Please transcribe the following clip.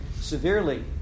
severely